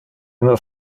nos